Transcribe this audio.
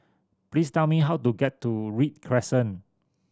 please tell me how to get to Read Crescent